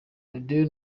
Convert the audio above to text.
radio